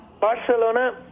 Barcelona